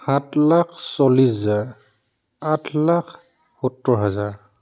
সাত লাখ চল্লিছ হাজাৰ আঠ লাখ সত্তৰ হাজাৰ